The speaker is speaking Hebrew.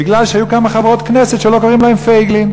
בגלל שהיו כמה חברות כנסת שלא קוראים להן פייגלין,